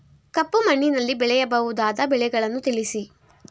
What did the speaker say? ಕಪ್ಪು ಮಣ್ಣಿನಲ್ಲಿ ಬೆಳೆಯಬಹುದಾದ ಬೆಳೆಗಳನ್ನು ತಿಳಿಸಿ?